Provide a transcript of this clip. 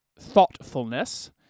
thoughtfulness